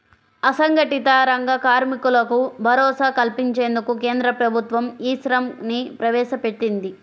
అసంఘటిత రంగ కార్మికులకు భరోసా కల్పించేందుకు కేంద్ర ప్రభుత్వం ఈ శ్రమ్ ని ప్రవేశపెట్టింది